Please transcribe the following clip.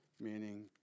meaning